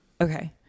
Okay